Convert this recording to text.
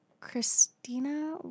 Christina